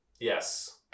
yes